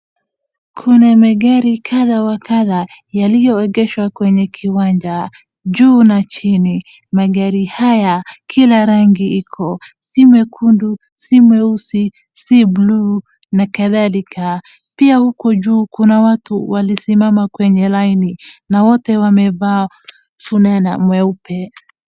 Kuna magari kadha wa kadha yaliyoegeshwa kwenye kiwanja, juu na chini. Magari haya kila rangi iko. Si mekundu, si meusi, si bluu na kadhalika. Pia huko juu kuna watu walisimama kwenye laini na wote wamevaa funana mweupe.